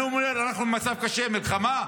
אני אומר: אנחנו במצב קשה, במלחמה?